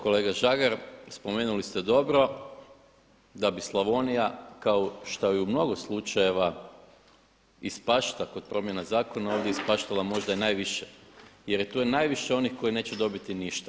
Kolega Žagar, spomenuli ste dobro da bi Slavonija kao što i u mnogo slučajeva ispašta kod promjena zakona ovdje je ispaštala možda i najviše jer je to najviše onih koji neće dobiti ništa.